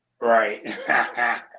Right